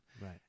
Right